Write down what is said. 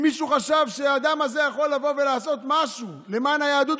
אם מישהו חשב שהאדם הזה יכול לבוא ולעשות משהו למען היהדות,